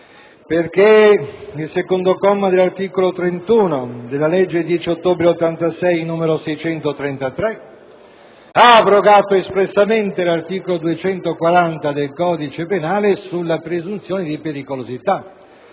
perché il secondo comma dell'articolo 31 della legge 10 ottobre 1986, n. 633, ha abrogato espressamente l'articolo 240 del codice penale sulla presunzione di pericolosità.